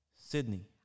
Sydney